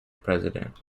president